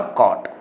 caught